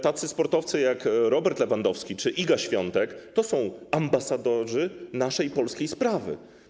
Tacy sportowcy jak Robert Lewandowski czy Iga Świątek są ambasadorami naszej polskiej sprawy.